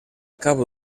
cabo